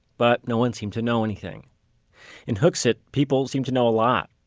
but no one seemed to know anything in hooksett, people seemed to know a lot.